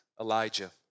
Elijah